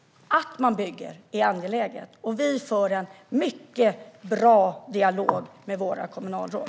Att man bygger är angeläget. Vi har en mycket bra dialog med våra kommunalråd.